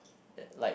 like